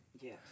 yes